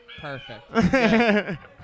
Perfect